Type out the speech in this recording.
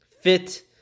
fit